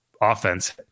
offense